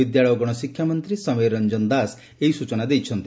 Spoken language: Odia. ବିଦ୍ୟାଳୟ ଓ ଗଣଶିକ୍ଷା ମନ୍ତୀ ସମୀର ରଞ୍ଞନ ଦାସ ଏହି ସ୍ଚନା ଦେଇଛନ୍ତି